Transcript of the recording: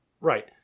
Right